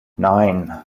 nine